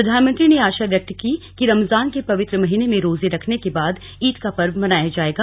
प्रधानमंत्री ने आशा व्यक्त की कि रमजान के पवित्र महीने में रोज़े रखने के बाद ईद का पर्व मनाया जाएगा